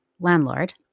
landlord